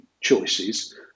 choices